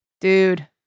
Dude